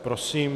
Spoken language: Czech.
Prosím.